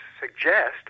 suggest